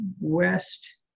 West